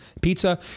pizza